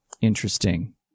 Interesting